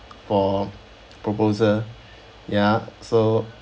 for proposal ya so